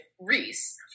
reese